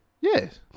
Yes